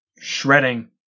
shredding